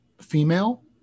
female